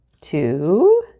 Two